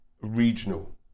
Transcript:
regional